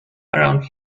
around